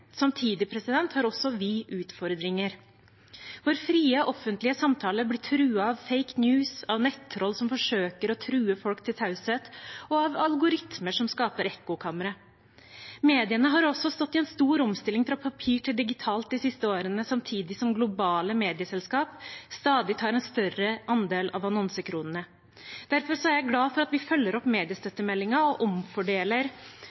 Samtidig har også vi utfordringer. Vår frie offentlige samtale blir truet av «fake news», av nettroll som forsøker å true folk til taushet, og av algoritmer som skaper ekkokamre. Mediene har også stått i en stor omstilling fra papir til digitalt de siste årene, samtidig som globale medieselskap stadig tar en større andel av annonsekronene. Derfor er jeg glad for at vi følger opp